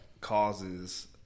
causes